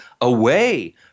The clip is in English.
away